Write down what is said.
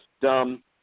Dumb